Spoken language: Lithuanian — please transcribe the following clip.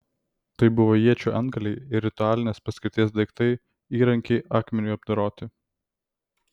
tai buvo iečių antgaliai ir ritualinės paskirties daiktai įrankiai akmeniui apdoroti